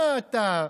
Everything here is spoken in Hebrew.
מה אתה?